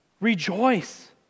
Rejoice